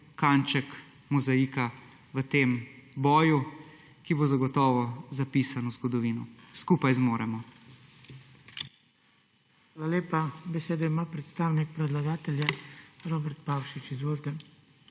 kanček mozaika v tem boju, ki bo zagotovo zapisan v zgodovino. Skupaj zmoremo!